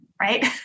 right